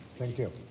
thank you.